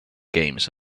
games